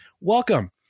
welcome